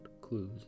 clues